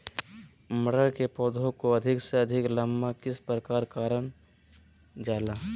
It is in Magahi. मटर के पौधा को अधिक से अधिक लंबा किस प्रकार कारण जाला?